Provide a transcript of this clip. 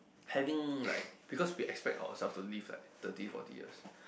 having like because we expect ourself to live like thirty forty years